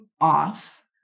off